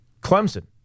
Clemson